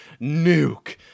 nuke